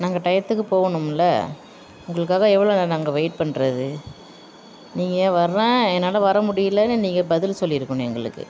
நாங்கள் டயத்துக்கு போகணும்ல உங்களுக்காக எவ்வளோ நேரம் நாங்கள் வெயிட் பண்ணுறது நீங்கள் வரேன் என்னால் வர முடியலைனு நீங்கள் பதில் சொல்லியிருக்கணும் எங்களுக்கு